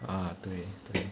啊对对